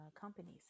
companies